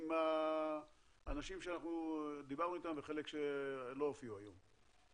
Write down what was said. עם האנשים שאנחנו דיברנו איתם וחלק שלא הופיעו היום.